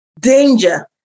danger